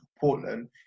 Portland